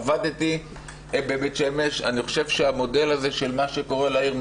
עבדתי בבית שמש ואני חושב שהמודל הזה של מה שקורה לעיר,